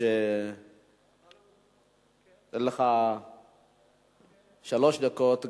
אתן לך שלוש דקות.